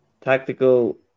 tactical